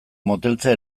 moteltzea